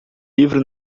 livro